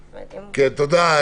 תודה,